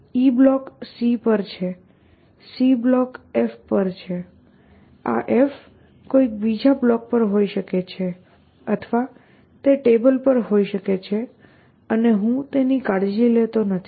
E block C પર છે C block F પર છે આ F કોઈક બીજા બ્લોક પર હોઈ શકે છે અથવા તે ટેબલ પર હોઈ શકે છે અને હું તેની કાળજી લેતો નથી